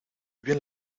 bien